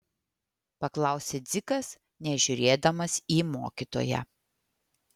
paklausė dzikas nežiūrėdamas į mokytoją